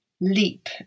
leap